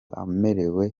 amerewe